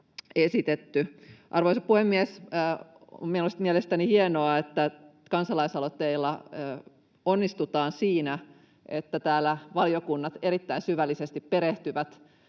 Arvoisa puhemies! On mielestäni hienoa, että kansalaisaloitteilla onnistutaan siinä, että täällä valiokunnat erittäin syvällisesti perehtyvät